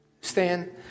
Stand